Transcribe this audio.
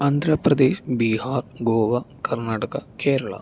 Andhra Pradesh Bihar Goa Karnataka Kerala